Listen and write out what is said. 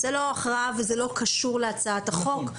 זה לא הכרעה וזה לא קשור להצעת החוק,